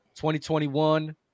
2021